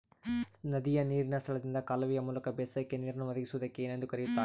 ನದಿಯ ನೇರಿನ ಸ್ಥಳದಿಂದ ಕಾಲುವೆಯ ಮೂಲಕ ಬೇಸಾಯಕ್ಕೆ ನೇರನ್ನು ಒದಗಿಸುವುದಕ್ಕೆ ಏನೆಂದು ಕರೆಯುತ್ತಾರೆ?